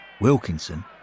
Wilkinson